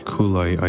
Kulai